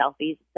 selfies